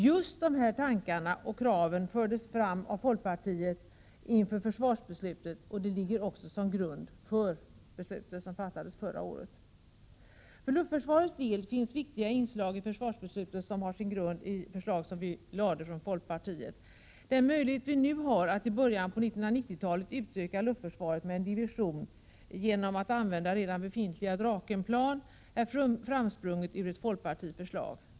Just dessa tankar ledde till de krav som folkpartiet ställde inför försvarsbeslutet, och de ligger nu också till grund för detta beslut. För luftförsvarets del finns viktiga inslag i försvarsbeslutet vilka har sin grund i förslag framförda av folkpartiet. Den möjlighet vi nu har att i början på 1990-talet utöka luftförsvaret med en division genom att använda redan befintliga Drakenplan är framsprunget ur ett folkpartiförslag.